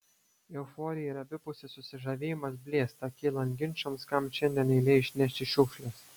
euforija ir abipusis susižavėjimas blėsta kylant ginčams kam šiandien eilė išnešti šiukšles